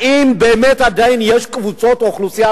האם באמת עדיין יש קבוצות אוכלוסייה